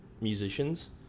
musicians